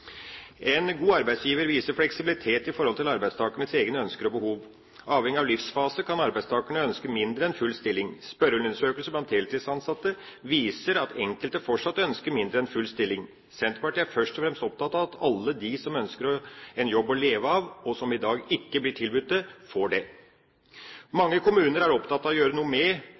En god arbeidsgiver viser fleksibilitet i forhold til arbeidstakernes egne ønsker og behov. Avhengig av livsfase kan arbeidstakerne ønske mindre enn full stilling. Spørreundersøkelser blant deltidsansatte viser at enkelte fortsatt ønsker mindre enn full stilling. Senterpartiet er først og fremst opptatt av at alle de som ønsker en jobb å leve av, og som i dag ikke blir tilbudt det, får det. Mange kommuner er opptatt av å gjøre noe med